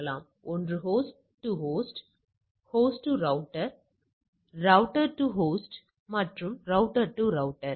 எனவே நம்மிடம் 17 தரவு புள்ளிகள் உள்ளன